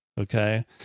Okay